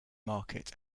market